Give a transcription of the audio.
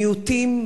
מיעוטים,